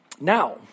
Now